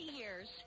years